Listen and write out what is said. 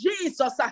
jesus